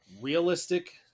realistic